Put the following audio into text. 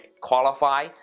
qualify